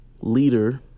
leader